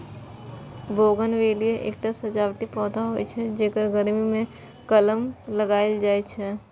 bougainvillea एकटा सजावटी पौधा होइ छै, जेकर गर्मी मे कलम लगाएल जाइ छै